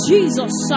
Jesus